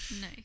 No